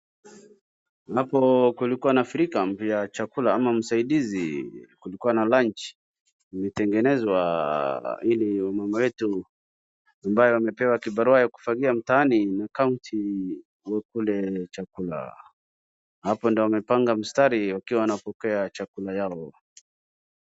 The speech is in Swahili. Hapo kulikuwa na free camp ya chakula ama msaidizi kulikuwa na lunch imetengenezwa ili wamama wetu ambayo wamepewa kibarua ya kufagia mtaani na kaunti wakule chakula. Hapo ndo wamepanga mstari wakiwa wanapokea chakula yao.